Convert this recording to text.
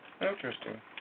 Interesting